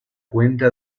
cuenta